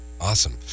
awesome